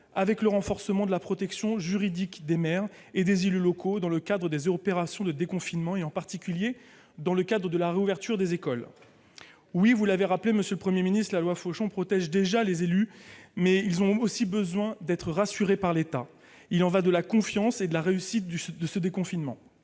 avec le renforcement de la protection juridique des maires et des élus locaux dans le cadre des opérations de déconfinement et, en particulier, dans le cadre de la réouverture des écoles. Oui, vous l'avez rappelé, monsieur le Premier ministre, la loi Fauchon protège déjà les élus. Mais ils ont aussi besoin d'être rassurés par l'État. Il y va de la confiance et de la réussite de ce déconfinement.